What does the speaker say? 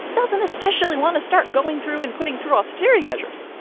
doesn't especially want to start going through and putting through austerity measures,